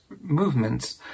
movements